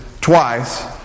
twice